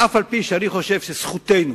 אף-על-פי שאני חושב שזכותנו